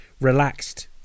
Relaxed